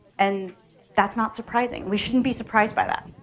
and that's not surprising. we shouldn't be surprised by that.